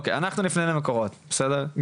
אוקיי, אנחנו נפנה למקורות, בסדר?